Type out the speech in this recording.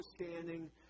understanding